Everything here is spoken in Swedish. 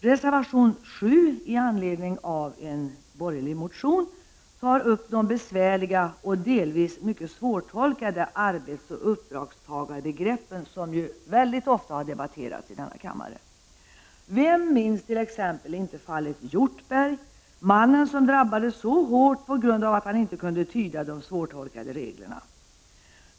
Reservation 7, i anledning av en borgerliga motion, tar upp de besvärliga och delvis mycket svårtolkade arbetsoch uppdragstagarbegreppen, som ofta har debatterats i denna kammare. Vem minns t.ex. inte ”fallet Hjortberg”, mannen som drabbades så hårt på grund av att han inte kunde tyda de svårtolkade reglerna?